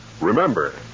remember